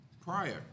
prior